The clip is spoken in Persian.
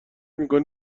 میکنی